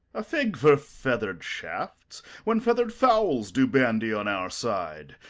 a fig for feathered shafts, when feathered fowls do bandy on our side!